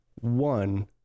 One